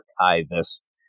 Archivist